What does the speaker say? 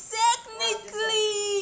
technically